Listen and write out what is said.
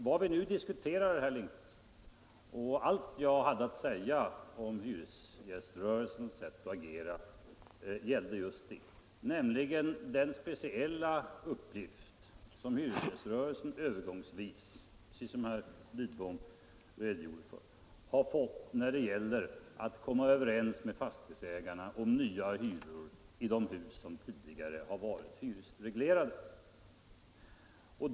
Vad vi nu diskuterar, herr Lindkvist — och allt jag hade att säga om hyresgäströrelsens sätt att agera gällde just det — är den speciella uppgift som hyresgäströrelsen övergångsvis har fått när det gäller att komma överens med fastighetsägarna om nya hyror i de hus som tidigare har varit hyresreglerade.